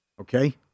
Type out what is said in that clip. Okay